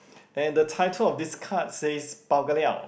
and the title of this card says bao-ka-liao